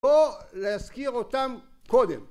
או להזכיר אותם קודם